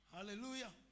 Hallelujah